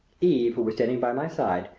eve, who was standing by my side,